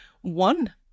one